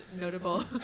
notable